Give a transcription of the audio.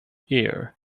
ear